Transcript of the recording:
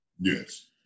Yes